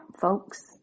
folks